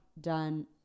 done